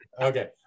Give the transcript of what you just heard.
Okay